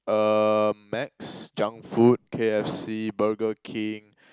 uh Macs junk food K_F_C Burger-King